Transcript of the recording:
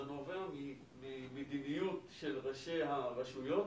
זה נובע ממדיניות של ראשי הרשויות